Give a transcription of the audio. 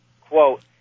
quote